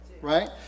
Right